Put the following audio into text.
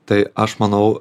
tai aš manau